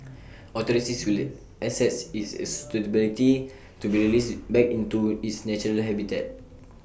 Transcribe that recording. authorities will assess its suitability to be released back into its natural habitat